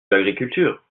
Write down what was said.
l’agriculture